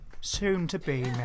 Soon-to-be